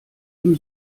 dem